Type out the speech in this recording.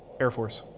air force.